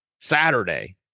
Saturday